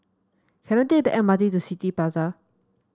can I take the M R T to City Plaza